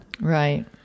Right